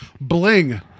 bling